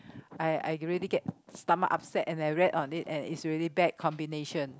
I I ready get stomach upset and I read on it and is really bad combination